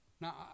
Now